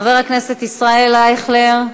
חבר הכנסת ישראל אייכלר,